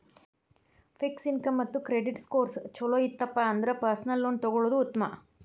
fix income ಮತ್ತ credit scores ಚೊಲೋ ಇತ್ತಪ ಅಂದ್ರ ಪರ್ಸನಲ್ ಲೋನ್ ತೊಗೊಳ್ಳೋದ್ ಉತ್ಮ